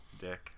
Dick